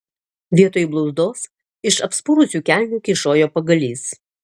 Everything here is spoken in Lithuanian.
vietoj blauzdos iš apspurusių kelnių kyšojo pagalys